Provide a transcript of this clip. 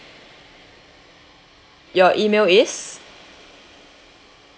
your email is